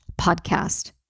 podcast